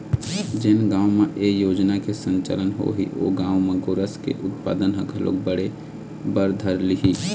जेन गाँव म ए योजना के संचालन होही ओ गाँव म गोरस के उत्पादन ह घलोक बढ़े बर धर लिही